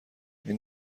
این